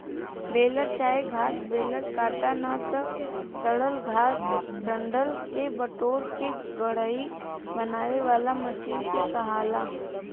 baler चाहे घास baler काटल ना त सड़ल घास आ डंठल के बिटोर के गठरी बनावे वाला मशीन के कहाला